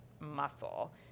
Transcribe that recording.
muscle